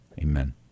amen